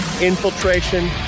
infiltration